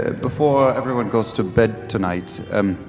ah before everyone goes to bed tonight,